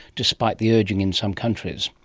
despite the urging in some countries.